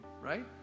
right